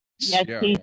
yes